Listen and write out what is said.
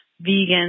vegan